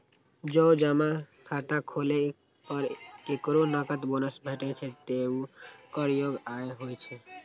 जौं जमा खाता खोलै पर केकरो नकद बोनस भेटै छै, ते ऊ कर योग्य आय होइ छै